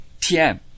TM